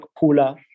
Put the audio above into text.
Pula